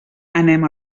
anem